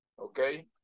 okay